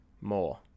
more